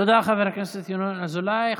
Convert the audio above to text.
תודה, חבר הכנסת ינון אזולאי.